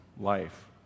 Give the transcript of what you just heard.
life